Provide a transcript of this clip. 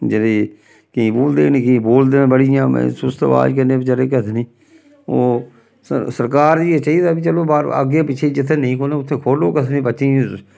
जेह्दे केईं बोलदे गै नेईं केईं बोलदे न बड़े इ'यां सुस्त अबाज कन्नै बचैरे केह् आखदे नी ओह् सर सरकार गी एह् चाहिदा भाई चलो बाह्र अग्गें पिच्छें जित्थै नेईं खोह्लना उत्थै खोह्ल्लो केह् आखदे नी बच्चें गी